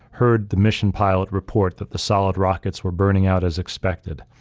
heard the mission pilot report that the solid rockets were burning out as expected,